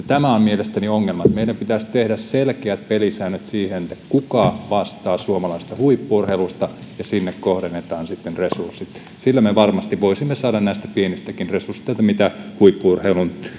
tämä on mielestäni ongelma meidän pitäisi tehdä selkeät pelisäännöt siihen kuka vastaa suomalaisesta huippu urheilusta ja sinne kohdennetaan sitten resurssit sillä me varmasti voisimme saada näistä pienistäkin resursseista mitä huippu urheiluun